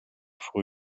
for